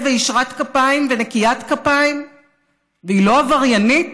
וישרת כפיים ונקיית כפיים והיא לא עבריינית.